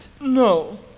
No